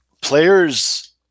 Players